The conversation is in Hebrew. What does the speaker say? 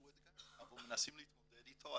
הוא אתגר אבל מנסים להתמודד איתו.